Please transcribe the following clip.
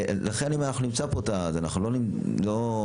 אנחנו נמצא פה איזון, אנחנו לא מנותקים.